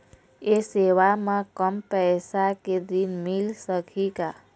ये सेवा म कम पैसा के ऋण मिल सकही का?